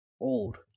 old